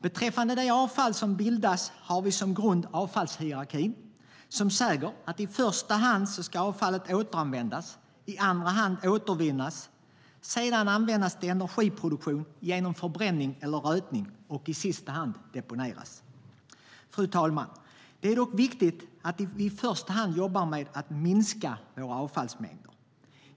Beträffande det avfall som bildas har vi som grund avfallshierarkin som säger att i första hand ska avfallet återanvändas, i andra hand återvinnas, sedan användas till energiproduktion genom förbränning eller rötning och i sista hand deponeras. Fru talman! Det är dock viktigt att i första hand jobba med att minska våra avfallsmängder.